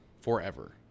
forever